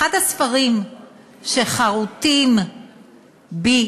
אחד הספרים שחרותים בי